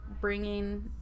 bringing